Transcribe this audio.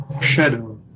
shadow